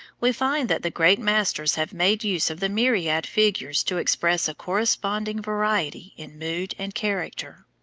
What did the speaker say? we find that the great masters have made use of the myriad figures to express a corresponding variety in mood and character.